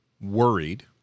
worried